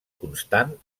constant